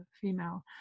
female